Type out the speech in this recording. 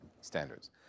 standards